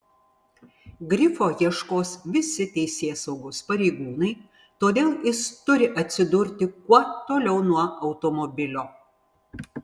grifo ieškos visi teisėsaugos pareigūnai todėl jis turi atsidurti kuo toliau nuo automobilio